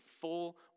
full